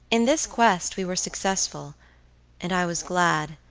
in this quest we were successful and i was glad,